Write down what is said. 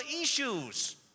issues